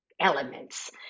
elements